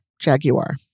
Jaguar